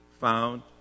found